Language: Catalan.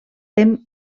tem